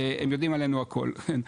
הם יודעים עלינו הכל.